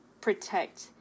protect